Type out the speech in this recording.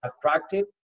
attractive